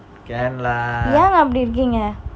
ya not drinking lah